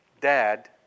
Dad